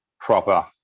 proper